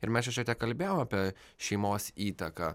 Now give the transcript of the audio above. ir mes čia šiek tiek kalbėjom apie šeimos įtaką